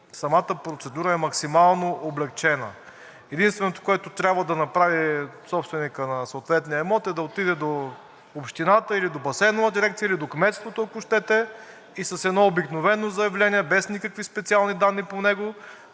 самата процедура е максимално облекчена. Единственото, което трябва да направи собственикът на съответния имот, е да отиде до Общината или до Басейнова дирекция, или до Кметството, ако щете, и с едно обикновено заявление, без никакви специални данни по него,